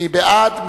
מי בעד?